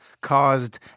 caused